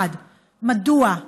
1. מדוע,